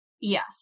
Yes